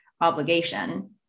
obligation